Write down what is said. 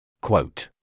Quote